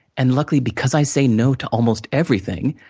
and luckily, because i say no to almost everything,